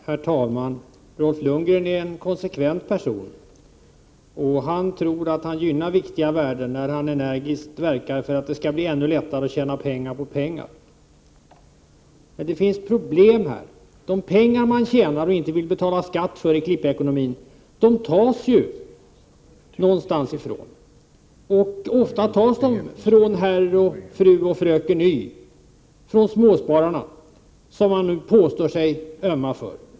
Herr talman! Bo Lundgren är en konsekvent person. Han tror att han gynnar viktiga värden, när han energiskt verkar för att det skall bli ännu lättare att tjäna pengar på pengar. Men det finns problem här. De pengar man tjänar och inte vill betala skatt för i klippekonomin tas ju någonstans ifrån. Ofta tas de från herr och fru och fröken Y, från småspararna som man påstår sig ömma för.